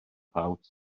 ffawt